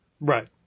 Right